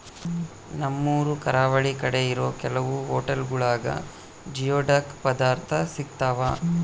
ನಮ್ಮೂರು ಕರಾವಳಿ ಕಡೆ ಇರೋ ಕೆಲವು ಹೊಟೆಲ್ಗುಳಾಗ ಜಿಯೋಡಕ್ ಪದಾರ್ಥ ಸಿಗ್ತಾವ